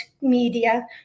Media